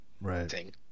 Right